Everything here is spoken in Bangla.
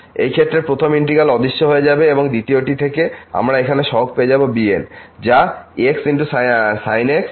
এই ক্ষেত্রে প্রথম ইন্টিগ্র্যাল অদৃশ্য হয়ে যাবে এবং দ্বিতীয়টি থেকে আমরা এখানে সহগ পেয়ে যাব bn যা sin nx dx